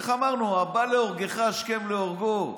איך אמרנו, הבא להורגך השכם להורגו.